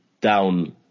down